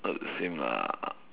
not the same lah